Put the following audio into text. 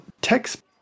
text